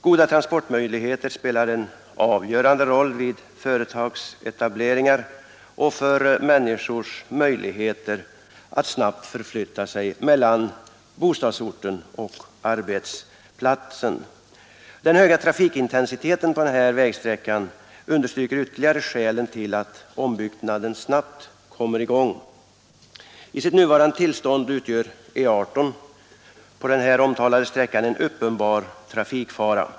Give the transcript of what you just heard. Goda transportmöjligheter spelar en avgörande roll vid företagsetableringar och för människors möjligheter att snabbt förflytta sig mellan bostadsorten och arbetsplatsen. Den höga trafikintensiteten på den här vägsträckan understryker ytterligare skälen till att ombyggnaden snabbt måste komma i gång. I sitt nuvarande tillstånd är E 18 på den här omtalade sträckan en uppenbar trafikfara.